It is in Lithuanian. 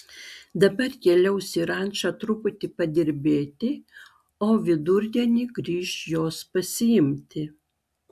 dabar keliaus į rančą truputį padirbėti o vidurdienį grįš jos pasiimti